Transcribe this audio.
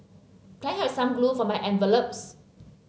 can I have some glue for my envelopes